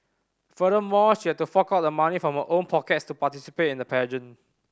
furthermore she had to fork out the money from her own pockets to participate in the pageant